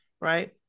right